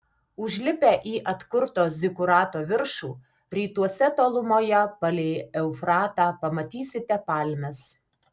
užlipę į atkurto zikurato viršų rytuose tolumoje palei eufratą pamatysite palmes